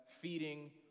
feeding